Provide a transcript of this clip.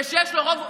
ויש לו רוב מוחלט.